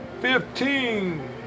Fifteen